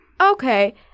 Okay